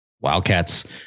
Wildcats